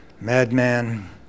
Madman